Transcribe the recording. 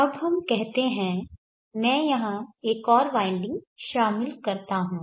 अब हम कहते हैं मैं यहाँ एक और वाइंडिंग शामिल करता हूँ